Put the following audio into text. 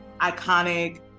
iconic